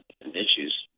issues